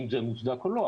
האם זה מוצדק או לא,